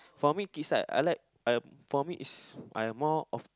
for me kids right I like um for me is I more of